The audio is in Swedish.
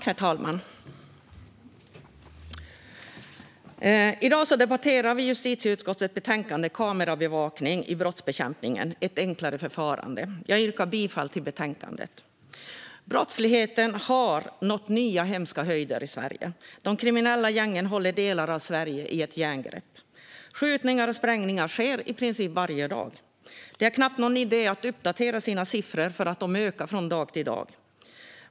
Herr talman! I dag ska vi debattera justitieutskottets betänkande Kamerabevakning i brottsbekämpningen - ett enklare förfarande . Jag yrkar bifall till förslaget i betänkandet. Brottsligheten har nått nya hemska höjder i Sverige. De kriminella gängen håller delar av Sverige i ett järngrepp. Skjutningar och sprängningar sker i princip varje dag. Det är knappt någon idé att ta fram aktuella siffror, för de ökar från dag till dag.